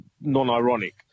non-ironic